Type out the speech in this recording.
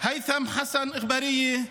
היית'ם חסין אע'באריה,